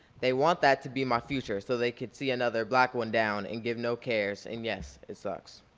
they want that to be my future so they could see another black one down and give no cares and yes, it sucks.